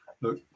look